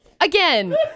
Again